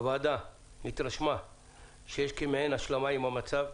הוועדה התרשמה שיש כמעין השלמה עם המצב.